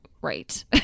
right